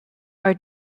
are